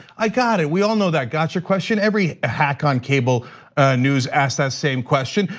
i got it. we all know that gotcha question. every hack on cable news asks that same question.